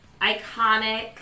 iconic